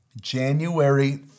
January